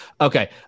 Okay